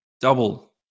double